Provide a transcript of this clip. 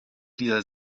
dieser